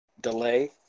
delay